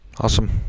Awesome